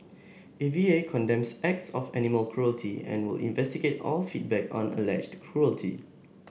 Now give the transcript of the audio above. A V A condemns acts of animal cruelty and will investigate all feedback on alleged cruelty